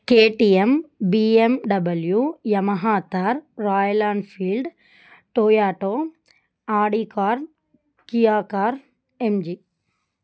KTM BMW Yamaha Thar Royal Enfield Toyota Audi car Kia car MG